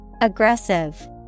Aggressive